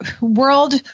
world